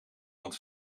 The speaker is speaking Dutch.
want